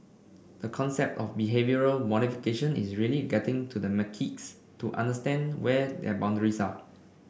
the concept of the behavioural modification is really getting to the macaques to understand where their boundaries are